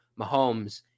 Mahomes